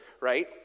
right